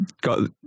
got